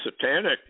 satanic